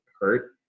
hurt